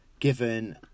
given